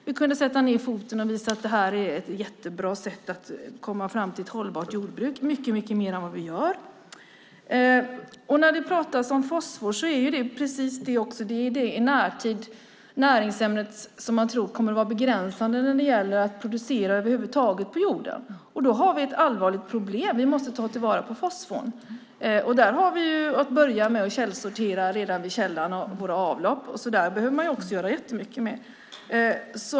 Vi kunde sätta ned foten och visa att detta är ett jättebra sätt att komma fram till ett hållbart jordbruk mycket mer än vad vi gör. Det talas om fosfor. Det är det näringsämne som man i närtid tror kommer att vara en begränsad möjlighet att producera över huvud taget på jorden. Där har vi ett allvarligt problem. Vi måste ta till vara fosforn. Vi har att börja med att källsortera redan vid källan vid våra avlopp. Där behöver man också göra jättemycket mer.